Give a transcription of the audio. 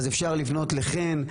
אז אפשר לפנות לחן,